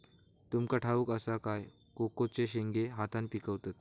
तुमका ठाउक असा काय कोकोचे शेंगे हातान पिकवतत